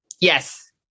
yes